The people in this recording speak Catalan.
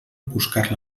buscar